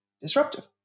disruptive